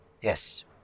Yes